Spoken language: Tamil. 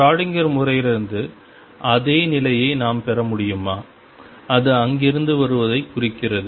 ஷ்ரோடிங்கர் முறையிலிருந்து அதே நிலையை நாம் பெற முடியுமா அது அங்கிருந்து வருவதைக் குறிக்கிறது